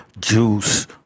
juice